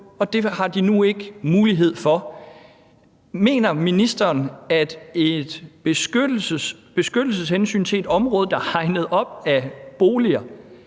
men det har de nu ikke mulighed for. Mener ministeren, at et beskyttelseshensyn til et område, der er hegnet op af boliger,